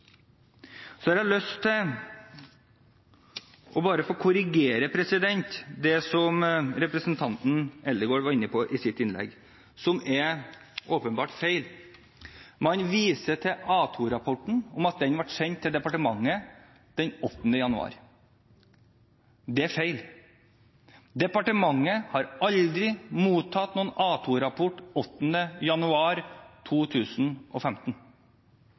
Så har jeg lyst til bare å få korrigere det som representanten Eldegard var inne på i sitt innlegg, og som er åpenbart feil. Man viser til A2-rapporten og at den ble sendt til departementet 8. januar. Det er feil. Departementet har aldri mottatt noen A2-rapport 8. januar 2015.